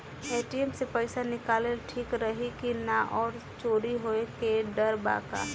ATM से पईसा निकालल ठीक रही की ना और चोरी होये के डर बा का?